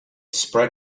spread